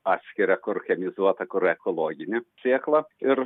atskiria kur chemizuota kur ekologinė sėkla ir